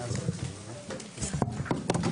הישיבה ננעלה בשעה 14:15.